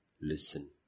listen